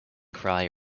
cry